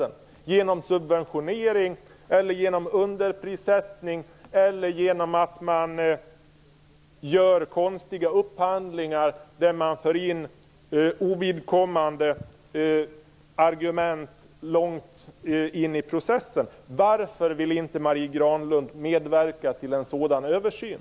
Det kan ske genom subventionering, underprissättning eller konstiga upphandlingar där man för in ovidkommande argument långt in i processen. Varför vill inte Marie Granlund medverka till en sådan översyn?